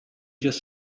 just